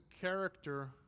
character